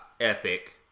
Epic